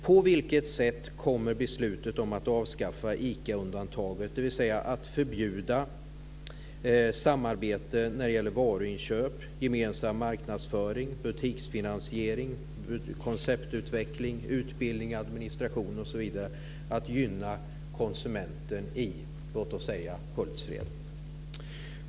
På vilket sätt kommer beslutet om att avskaffa ICA undantaget, dvs. att förbjuda samarbete när det gäller varuinköp, gemensam marknadsföring, butiksfinansiering, konceptutveckling, utbildning och administration, att gynna konsumenten i t.ex. Hultsfred?